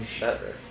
better